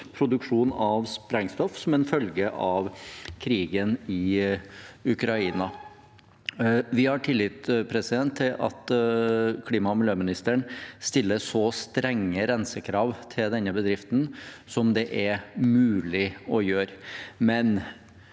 produksjon av sprengstoff, som en følge av krigen i Ukraina. Vi har tillit til at klima- og miljøministeren stiller så strenge rensekrav til denne bedriften som det er mulig å gjøre,